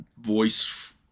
voice